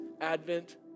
Advent